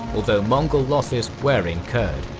though mongol losses were incurred.